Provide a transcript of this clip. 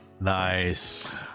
nice